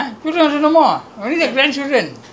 you are like a junk nothing